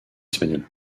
espagnols